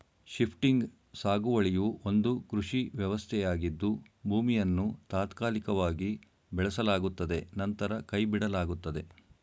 shifting ಸಾಗುವಳಿಯು ಒಂದು ಕೃಷಿ ವ್ಯವಸ್ಥೆಯಾಗಿದ್ದು ಭೂಮಿಯನ್ನು ತಾತ್ಕಾಲಿಕವಾಗಿ ಬೆಳೆಸಲಾಗುತ್ತದೆ ನಂತರ ಕೈಬಿಡಲಾಗುತ್ತದೆ